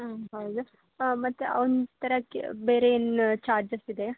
ಹಾಂ ಹೌದಾ ಮತ್ತೆ ಅವನ್ನ ತರೋಕ್ಕೆ ಬೇರೇನು ಚಾರ್ಜಸ್ ಇದೆಯಾ